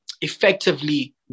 effectively